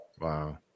wow